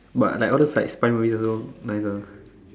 but like all those like spider movies also nice lah